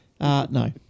No